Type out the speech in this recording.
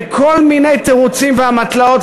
בכל מיני תירוצים ואמתלות,